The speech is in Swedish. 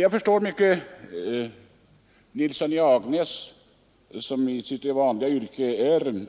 Jag förstår att herr Nilsson, som i sitt vanliga yrke är